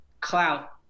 clout